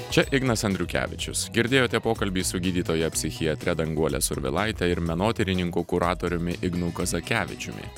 čia ignas andriukevičius girdėjote pokalbį su gydytoja psichiatre danguole survilaite ir menotyrininku kuratoriumi ignu kazakevičiumi